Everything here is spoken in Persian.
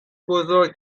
بزرگ